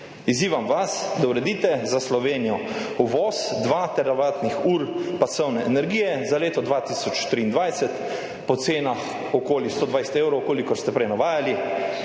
Izzivam vas, da uredite za Slovenijo uvoz dva teravatnih ur pasovne energije za leto 2023 po cenah okoli 120 evrov, kolikor ste prej navajali.